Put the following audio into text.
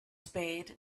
spade